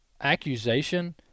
accusation